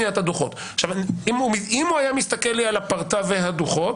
אם הוא היה מסתכל גם על הפרטה וגם על הדוחות,